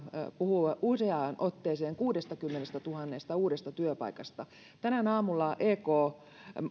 puhui useaan otteeseen kuudestakymmenestätuhannesta uudesta työpaikasta tänään aamulla ek